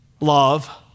love